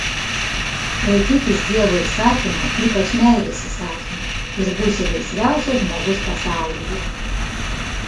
laikykis dievo įsakymų ypač meilės įsakymo ir būsi laisviausias žmogus pasaulyje